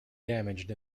damaged